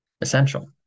essential